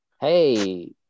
Hey